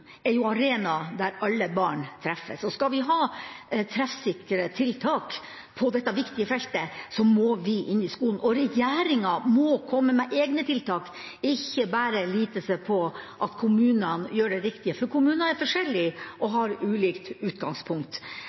arena der alle barn treffes. Skal vi ha treffsikre tiltak på dette viktige feltet, må vi inn i skolen, og regjeringen må komme med egne tiltak, ikke bare lite på at kommunene gjør det riktige, for kommuner er forskjellige og har ulikt utgangspunkt.